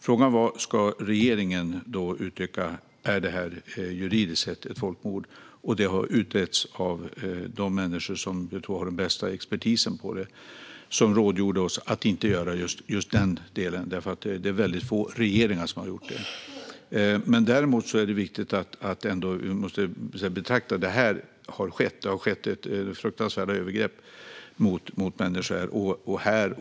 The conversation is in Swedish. Frågan var om regeringen skulle uttrycka att det juridiskt sett var ett folkmord. Detta har utretts av de människor som jag tror är den bästa expertisen. De rådde oss att inte göra just detta, för det är väldigt få regeringar som har gjort det. Däremot är det viktigt att konstatera att det har skett fruktansvärda övergrepp mot människor.